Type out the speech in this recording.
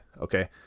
okay